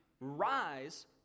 rise